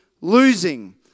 losing